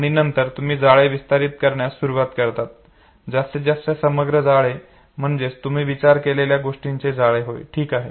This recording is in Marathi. आणि नंतर तुम्ही जाळे विस्तारित करण्यास सुरवात करतात जास्तीत जास्त समग्र जाळे म्हणजेच तुम्ही विचार केलेल्या गोष्टींचे जाळे होय ठीक आहे